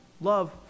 Love